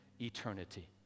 eternity